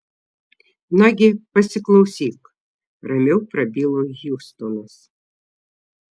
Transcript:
nagi pasiklausyk ramiau prabilo hjustonas